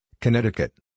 Connecticut